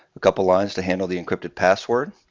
a couple lines to handle the encrypted password.